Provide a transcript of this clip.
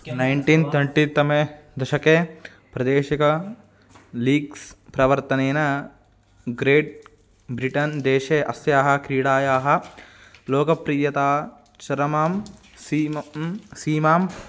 nineteen ट्वेण्टितमे दशके प्रदेशिकं लीग्स् प्रवर्तनेन ग्रेट् ब्रिटन् देशे अस्याः क्रीडायाः लोकप्रियता चरमां सीमां सीमां